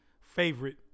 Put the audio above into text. favorite